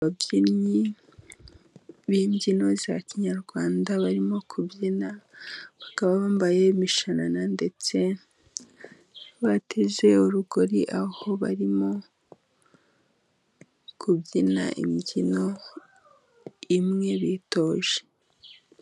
Ababyinnyi b'imbyino za kinyarwanda barimo kubyina, bambaye imishanana, ndetse bateze urugori, aho barimo kubyina imbyino imwe bitoje.